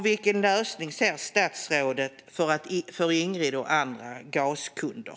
Vilken lösning ser statsrådet Busch för Ingrid och andra gaskunder?